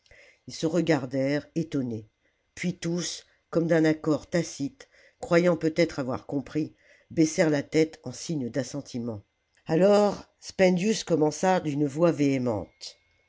ils se regardèrent étonnés puis tous comme d'un accord tacite croyant peut-être avoir compris baissèrent la tête en signe d'assentiment salammbô alors spendius commença d'une voix